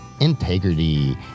integrity